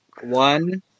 one